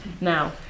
Now